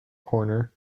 corner